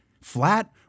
flat